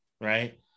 right